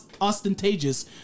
ostentatious